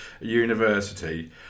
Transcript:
University